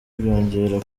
byongera